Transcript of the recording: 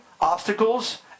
obstacles